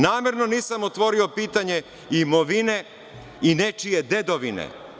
Namerno nisam otvorio pitanje imovine i nečije dedovine.